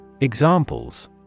examples